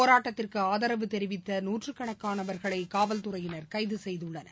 போராட்டத்திற்குஆதரவு தெரிவித்த நூற்றுக்கணக்கானவர்களைகாவல்துறையினர் கைதசெய்துள்ளனர்